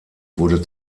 wurde